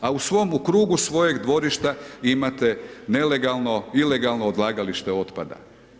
A u svomu krugu svojeg dvorišta imate nelegalno, ilegalno odlagalište otpada.